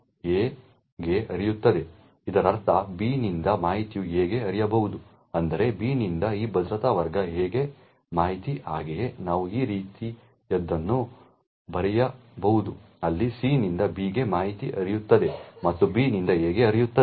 A ಗೆ ಹರಿಯುತ್ತದೆ ಇದರರ್ಥ B ನಿಂದ ಮಾಹಿತಿಯು A ಗೆ ಹರಿಯಬಹುದು ಅಂದರೆ B ನಿಂದ ಈ ಭದ್ರತಾ ವರ್ಗ A ಗೆ ಮಾಹಿತಿ ಹಾಗೆಯೇ ನಾವು ಈ ರೀತಿಯದನ್ನು ಬರೆಯಬಹುದು ಅಲ್ಲಿ C ನಿಂದ B ಗೆ ಮಾಹಿತಿ ಹರಿಯುತ್ತದೆ ಮತ್ತು B ನಿಂದ A ಗೆ ಹರಿಯುತ್ತದೆ